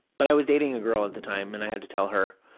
but i was dating a girl at the time and i had to tell her,